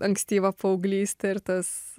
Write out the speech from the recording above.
ankstyvą paauglystę ir tas